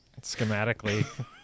schematically